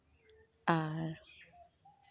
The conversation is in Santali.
ᱟᱨ